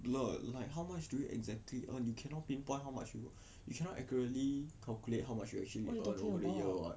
blur like how much do you exactly you cannot pinpoint how much you you cannot accurately calculate how much you actually earn over the year [what]